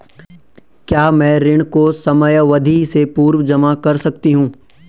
क्या मैं ऋण को समयावधि से पूर्व जमा कर सकती हूँ?